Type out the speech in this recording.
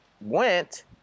went